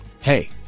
Hey